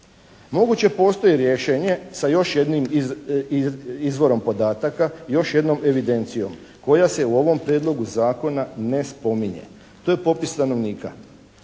Moguće postoji rješenje sa još jednim izvorom podataka, još jednom evidencijom koja se u ovom Prijedlogu zakona ne spominje. To je popis stanovnika.